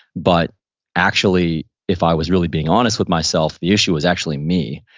but actually if i was really being honest with myself, the issue was actually me,